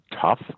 tough